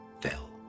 fell